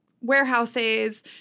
warehouses